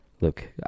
Look